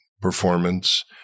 performance